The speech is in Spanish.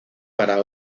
para